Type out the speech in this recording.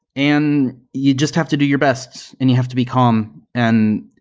and you just have to do your best and you have to be calm. and